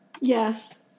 Yes